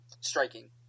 striking